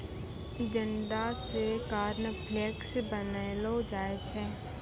जंडा से कॉर्नफ्लेक्स बनैलो जाय छै